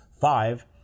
five